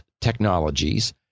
technologies